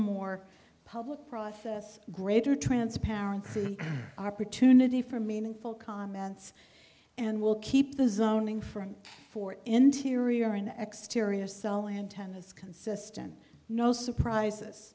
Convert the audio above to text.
more public process greater transparency and opportunity for meaningful comments and will keep the zoning front for interior and exterior cell antennas consistent no surprises